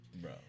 Bro